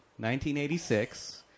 1986